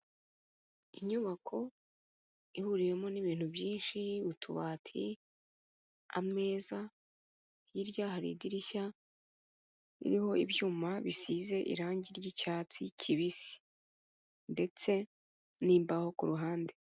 Inyubako ihuriwemo n'ibintu byinshi utubati, ameza, hirya hari idirishya ririho ibyuma bisize irangi ry'icyatsi kibisi ndetse n'imbaho ku ruhande.